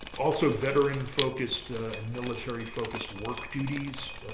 also, veteran-focused and military-focused work duties.